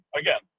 again